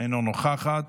אינה נוכחת,